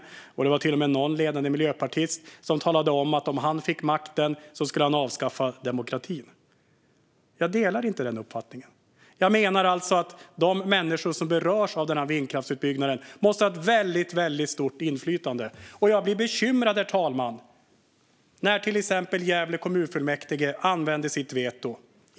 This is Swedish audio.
Det var till och med någon ledande miljöpartist som talade om att om han fick makten skulle han avskaffa demokratin. Jag delar inte den uppfattningen. Jag menar att de människor som berörs av vindkraftsutbyggnaden måste ha väldigt stort inflytande. Därför blir jag bekymrad, herr talman, över svaret från bostadsministern och regeringen när till exempel Gävle kommunfullmäktige använder sitt veto.